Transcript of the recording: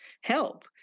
help